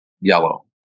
Yellow